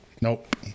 nope